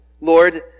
Lord